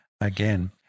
again